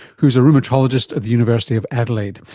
who's a rheumatologist at the university of adelaide,